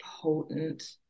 potent